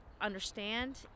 understand